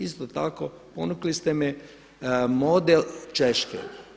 Isto tako, ponukali ste me model Češke.